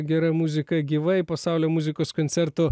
gera muzika gyvai pasaulio muzikos koncertų